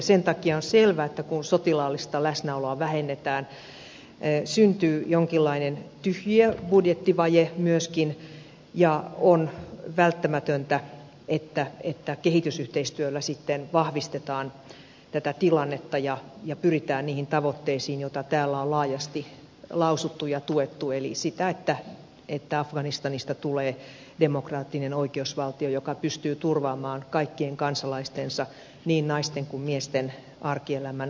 sen takia on selvä että kun sotilaallista läsnäoloa vähennetään syntyy jonkinlainen tyhjiö budjettivaje myöskin ja on välttämätöntä että kehitysyhteistyöllä sitten vahvistetaan tätä tilannetta ja pyritään niihin tavoitteisiin joita täällä on laajasti lausuttu ja tuettu eli sitä että afganistanista tulee demokraattinen oikeusvaltio joka pystyy turvaamaan kaikkien kansalaistensa niin naisten kuin miesten arkielämän turvallisuuden